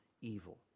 evil